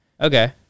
Okay